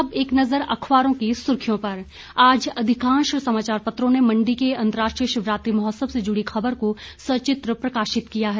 अब एक नजर अखबारों की सुर्खियों पर आज अधिकांश समाचार पत्रों ने मंडी के अंतरराष्ट्रीय शिवरात्रि महोत्सव से जुड़ी खबर को सचित्र प्रकाशित किया है